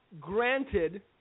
granted